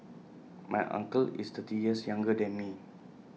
my uncle is thirty years younger than me